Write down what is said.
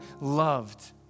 loved